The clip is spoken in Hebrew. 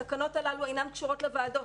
התקנות הללו אינן קשורות לוועדות,